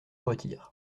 retire